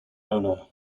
owner